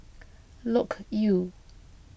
Loke Yew